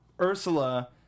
Ursula